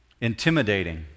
Intimidating